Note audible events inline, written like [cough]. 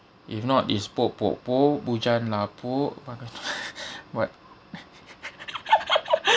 if not is pok pok pok bujang lapok [laughs] [what] [laughs]